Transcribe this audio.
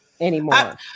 Anymore